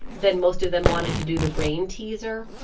then most of them wanted to do the brainteaser.